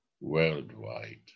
worldwide